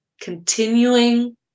continuing